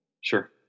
Sure